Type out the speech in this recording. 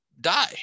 die